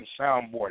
soundboard